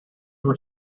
were